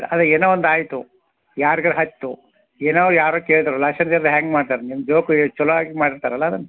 ಅದೆ ಏನೋ ಒಂದು ಆಯಿತು ಯಾರ್ಗಾರ ಹತ್ತು ಏನೋ ಯಾರೋ ಕೇಳ್ದ್ರ ಲೈಸನ್ಸ್ ಇಲ್ದೆ ಹೆಂಗೆ ಮಾತಾಡಿ ನಿಮ್ಮ ಜೀವಕ್ಕು ಎ ಚಲೋ ಆಗಿ ಮಾಡಿರ್ತಾರಲ್ಲ ಅದನ್ನ